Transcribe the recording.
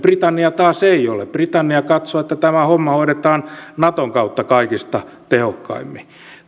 britannia taas ei ole britannia katsoo että tämä homma hoidetaan naton kautta kaikista tehokkaimmin